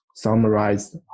Summarize